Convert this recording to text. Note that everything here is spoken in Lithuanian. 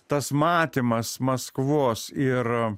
tas matymas maskvos ir